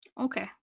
Okay